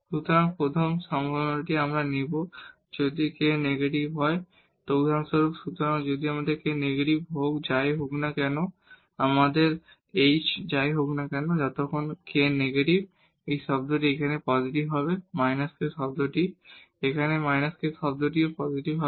সুতরাং প্রথম সম্ভাবনাটি আমরা নিব যদি এই k কে নেগেটিভ হয় উদাহরণস্বরূপ সুতরাং যদি k নেগেটিভ হয় যাই হোক না কেন আমাদের h যাই হোক না কেন যতক্ষণ এই k নেগেটিভ এই টার্মটি এখানে পজিটিভ হবে −k টার্মটি এখানেও −k টার্মটি পজিটিভ হবে